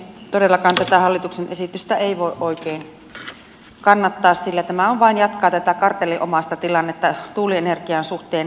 todellakaan tätä hallituksen esitystä ei voi oikein kannattaa sillä tämä vain jatkaa tätä kartellinomaista tilannetta tuulienergian suhteen